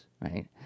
right